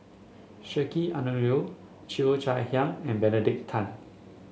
Sheik Alau'ddin Cheo Chai Hiang and Benedict Tan